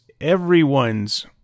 everyone's